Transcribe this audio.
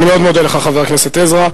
אני מאוד מודה לך, חבר הכנסת עזרא.